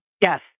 Yes